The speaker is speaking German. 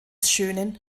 schönen